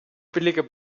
billiger